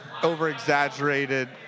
over-exaggerated